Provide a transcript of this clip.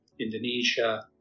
Indonesia